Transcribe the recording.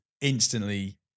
instantly